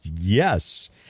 Yes